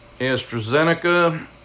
AstraZeneca